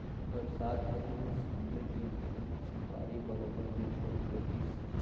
बरसात घरी म सबे के घर म झिपारी बरोबर दिखउल देतिस